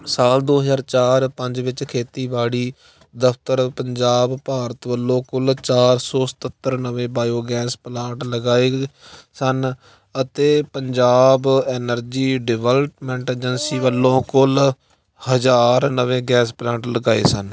ਸਾਲ ਦੋ ਹਜ਼ਾਰ ਚਾਰ ਪੰਜ ਵਿੱਚ ਖੇਤੀਬਾੜੀ ਦਫਤਰ ਪੰਜਾਬ ਭਾਰਤ ਵੱਲੋਂ ਕੁੱਲ ਚਾਰ ਸੌ ਸਤੱਤਰ ਨਵੇਂ ਬਾਇਓਗੈਸ ਪਲਾਂਟ ਲਗਾਏ ਸਨ ਅਤੇ ਪੰਜਾਬ ਐਨਰਜੀ ਡਿਵੈਲਪਮੈਂਟ ਏਜੰਸੀ ਵੱਲੋਂ ਕੁੱਲ ਹਜ਼ਾਰ ਨਵੇਂ ਗੈਸ ਪਲਾਂਟ ਲਗਾਏ ਸਨ